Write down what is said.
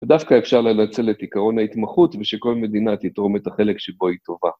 ודווקא אפשר לנצל את עיקרון ההתמחות ושכל מדינה תתרום את החלק שבו היא טובה.